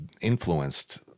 influenced